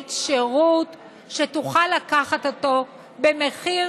מונית שירות שתוכל לקחת אותו במחיר